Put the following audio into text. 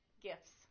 gifts